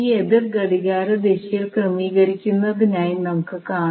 എതിർ ഘടികാരദിശയിൽ ക്രമീകരിക്കുന്നതായി നമുക്ക് കാണും